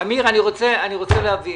אני רוצה להבין.